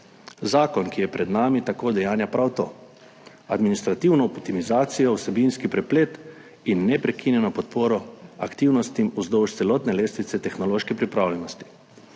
Zakon, ki je pred nami, tako udejanja prav to, administrativno optimizacijo, vsebinski preplet in neprekinjeno podporo aktivnostim vzdolž celotne lestvice tehnološke pripravljenosti.